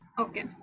Okay